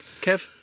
Kev